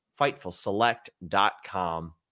fightfulselect.com